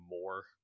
more